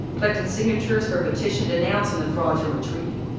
collecting signatures for a petition denouncing the fraudulent treaty.